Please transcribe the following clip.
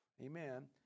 amen